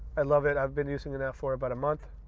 i love it. i've been using it now for about a month.